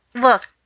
look